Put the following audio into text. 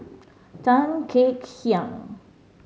Tan Kek Hiang